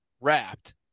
wrapped